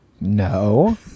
No